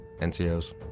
NCOs